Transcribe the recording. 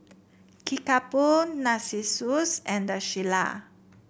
Kickapoo Narcissus and The Shilla